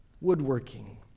woodworking